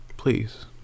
Please